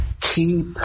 keep